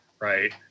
right